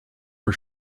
for